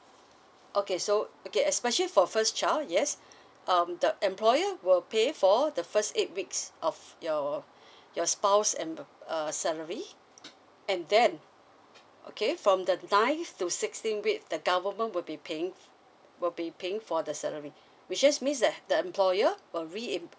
okay so okay especially for first child yes um the employer will pay for the first eight weeks of your your spouse um salary and then okay from the ninth to sixteen weeks the government will be paying will be paying for the salary which just means that the employer will reim~